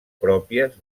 pròpies